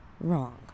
wrong